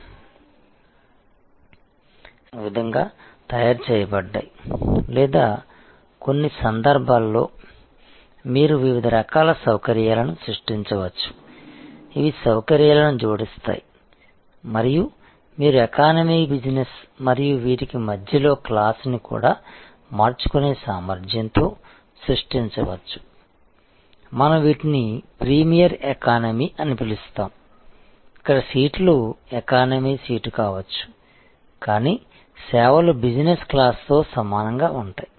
సీట్లను తరుచూ మార్చుకునే విధంగా తయారు చేయబడ్డాయి లేదా కొన్ని సందర్భాల్లో మీరు వివిధ రకాల సౌకర్యాలను సృష్టించవచ్చు ఇవి సౌకర్యాలను జోడిస్తాయి మరియు మీరు ఎకానమీ బిజినెస్ మరియు వీటికి మధ్యలో క్లాస్ ని కూడా మార్చుకునే సామర్థ్యంతో సృష్టించవచ్చు మనం వీటిని ప్రీమియర్ ఎకానమీ అని పిలుస్తాము ఇక్కడ సీట్లు ఎకానమీ సీటు కావచ్చు కానీ సేవలు బిజినెస్ క్లాస్తో సమానంగా ఉంటాయి